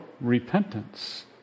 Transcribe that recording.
repentance